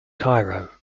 cairo